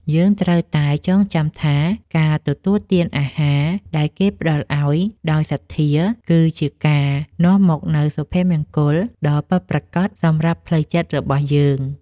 យើងត្រូវតែចងចាំថាការទទួលទានអាហារដែលគេផ្តល់ឱ្យដោយសទ្ធា គឺជាការនាំមកនូវសុភមង្គលដ៏ពិតប្រាកដសម្រាប់ផ្លូវចិត្តរបស់យើង។